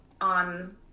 on